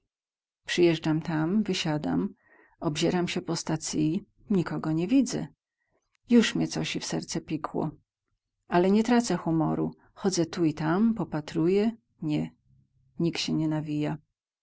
przyjeżdżam tam wysiadam obzieram sie po stacyi nikogo nie widzę juz mie cosi w serce pikło ale nie tracę humoru chodzę tu i tam popatruję nie nik sie nie